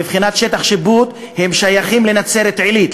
מבחינת שטח שיפוט, הוא שייך לנצרת-עילית.